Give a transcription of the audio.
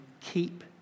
keep